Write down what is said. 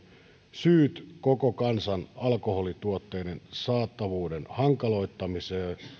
syyt koko kansan alkoholituotteiden saatavuuden hankaloittamiseen